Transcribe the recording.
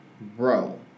Bro